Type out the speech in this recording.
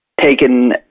taken